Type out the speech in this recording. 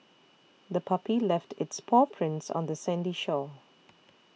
the puppy left its paw prints on the sandy shore